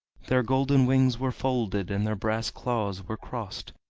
their golden wings were folded and their brass claws were crossed,